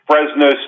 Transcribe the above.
Fresno